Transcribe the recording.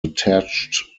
attached